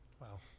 Wow